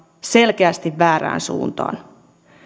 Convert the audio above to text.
selkeästi väärään suuntaan